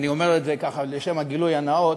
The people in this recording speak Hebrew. אני אומר את זה, ככה, לשם הגילוי הנאות,